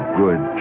good